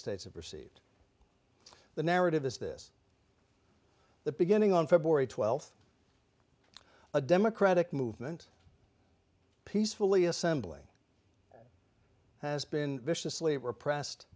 states have perceived the narrative is this the beginning on february twelfth a democratic movement peacefully assembling has been viciously repressed